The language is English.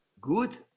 good